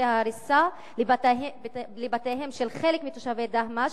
צווי ההריסה לבתיהם של חלק מתושבי דהמש